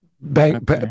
Bank